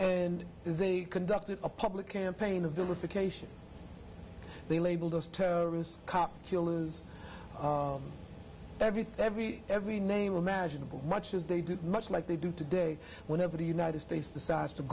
and they conducted a public campaign of vilification they label those terrorists cop killers everything every every name imaginable much as they do much like they do today whenever the united states decides to